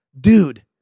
dude